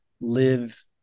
live